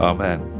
Amen